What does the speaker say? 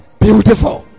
beautiful